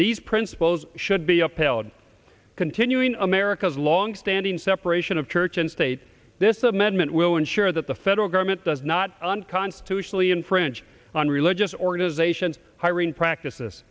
these principles should be upheld continuing america's long standing separation of church and state this amendment will ensure that the federal government does not unconstitutionally infringe on religious organizations hiring practices